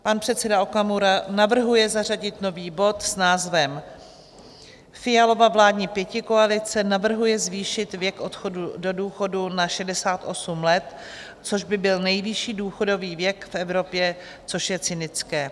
Pan předseda Okamura navrhuje zařadit nový bod s názvem Fialova vládní pětikoalice navrhuje zvýšit věk odchodu do důchodu na 68 let, což by byl nejvyšší důchodový věk v Evropě, což je cynické.